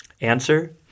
Answer